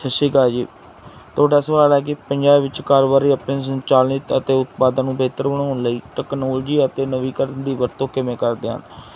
ਸਤਿ ਸ਼੍ਰੀ ਅਕਾਲ ਜੀ ਤੁਹਾਡਾ ਸਵਾਲ ਹੈ ਕਿ ਪੰਜਾਬ ਵਿੱਚ ਕਾਰੋਬਾਰ ਆਪਣੇ ਸੰਚਾਲਿਤ ਅਤੇ ਉਤਪਾਦਾਂ ਨੂੰ ਬਿਹਤਰ ਬਣਾਉਣ ਲਈ ਟੈਕਨੋਲਜੀ ਅਤੇ ਨਵੀਂਕਰਨ ਦੀ ਵਰਤੋਂ ਕਿਵੇਂ ਕਰਦੇ ਹਨ